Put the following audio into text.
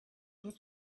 was